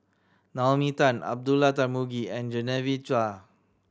Naomi Tan Abdullah Tarmugi and Genevieve Chua